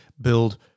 build